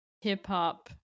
hip-hop